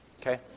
okay